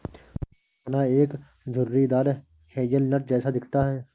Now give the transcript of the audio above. सफेद चना एक झुर्रीदार हेज़लनट जैसा दिखता है